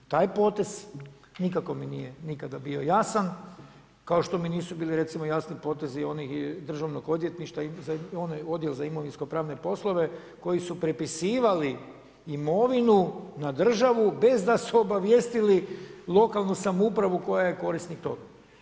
Taj potez nikako mi nije nikada bio jasan kao što mi nisu recimo bili jasni potezi onog Državnog odvjetništva, onaj odjela za imovinsko-pravne poslove koji sup prepisivali imovinu na državu bez da su obavijestili lokalnu samoupravu koja je korisnik toga.